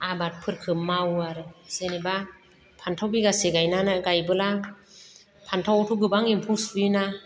आबादफोरखौ मावो आरो जेनेबा फान्थाव बिगासे गायबोला फान्थावआवथ' गोबां एम्फौ सुयोना